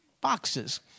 boxes